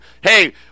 Hey